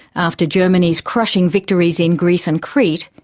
after germany's crushing victories in greece and crete,